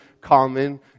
common